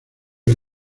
del